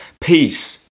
Peace